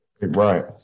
right